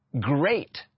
Great